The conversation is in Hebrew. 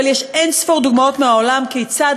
אבל יש אין-ספור דוגמאות מהעולם כיצד